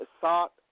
sought